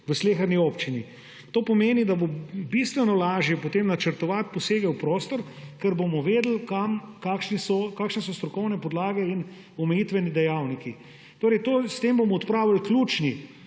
v sleherni občini. To pomeni, da bo bistveno lažje potem načrtovati posege v prostor, ker bomo vedeli, kakšne so strokovne podlage in omejitveni dejavniki. Torej s tem bomo odpravili ključni